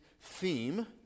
theme